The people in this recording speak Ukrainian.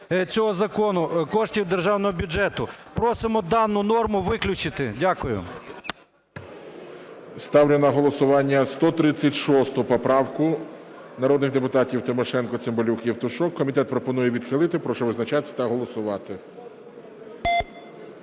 цього закону… коштів державного бюджету. Просимо дану норму виключити. Дякую. ГОЛОВУЮЧИЙ. Ставлю на голосування 136 поправку народних депутатів Тимошенко, Цимбалюка, Євтушка. Комітет пропонує відхилити. Прошу визначатись та голосувати.